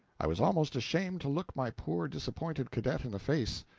i was almost ashamed to look my poor disappointed cadet in the face.